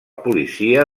policia